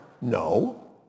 No